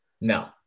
No